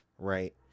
right